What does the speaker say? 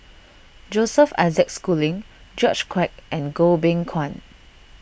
Joseph Isaac Schooling George Quek and Goh Beng Kwan